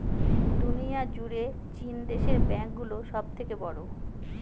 দুনিয়া জুড়ে চীন দেশের ব্যাঙ্ক গুলো সব থেকে বড়ো